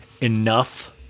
Enough